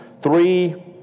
three